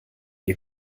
wir